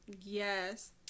Yes